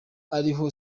ariho